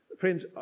Friends